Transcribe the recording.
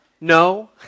no